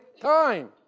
time